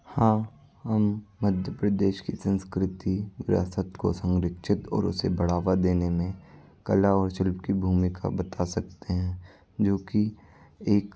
हाँ हम मध्य प्रदेश की संस्कृति विरासत को संरक्षित और उसे बढ़ावा देने मे कला और शिल्प की भूमिका बता सकतें हैं जो कि एक